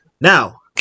now